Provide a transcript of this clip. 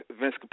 Vince